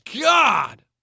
God